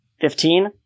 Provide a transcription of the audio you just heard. Fifteen